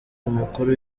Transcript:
umukuru